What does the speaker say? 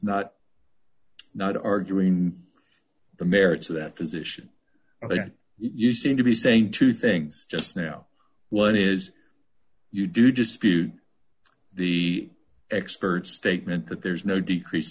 not not arguing the merits of that position but you seem to be saying two things just now one is you do just view the expert statement that there's no decrease